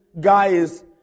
guy's